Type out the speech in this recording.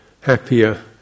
happier